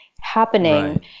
happening